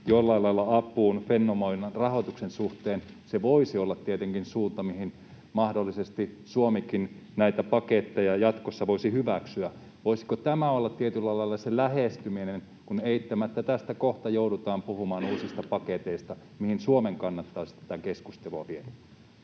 jollain lailla apuun Fennovoiman rahoituksen suhteen, se voisi olla tietenkin suunta, missä mahdollisesti Suomikin näitä paketteja jatkossa voisi hyväksyä. Voisiko tämä olla tietyllä lailla se lähestyminen — kun eittämättä uusista paketeista kohta joudutaan puhumaan — mihin Suomen kannattaisi tätä keskustelua viedä?